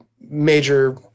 major